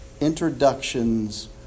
introductions